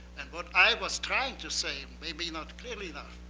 and what i was trying to say, maybe not clearly enough,